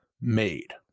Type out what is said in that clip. made